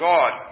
God